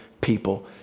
people